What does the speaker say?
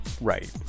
right